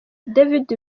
david